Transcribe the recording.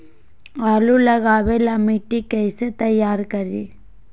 आलु लगावे ला मिट्टी कैसे तैयार करी?